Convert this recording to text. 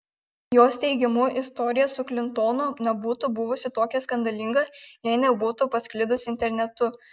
jos teigimu istorija su klintonu nebūtų buvusi tokia skandalinga jei nebūtų pasklidusi internetu